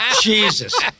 Jesus